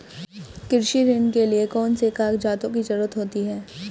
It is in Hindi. कृषि ऋण के लिऐ कौन से कागजातों की जरूरत होती है?